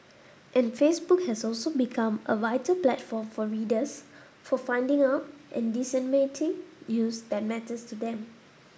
and Facebook has also become a vital platform for readers for finding out and disseminating news that matters to them